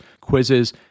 quizzes